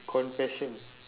confession